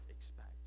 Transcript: expect